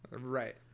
right